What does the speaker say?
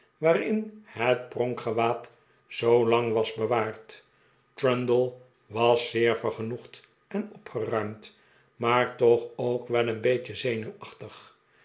waarin het pronkgewaad zoolang was bewaard trundle was zeer vergenoegd en opgeruimd maar toch ook wel een beetje zenuwachtig